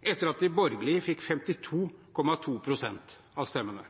etter at de borgerlige fikk 52,2 pst. av stemmene.